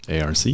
ARC